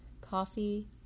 coffee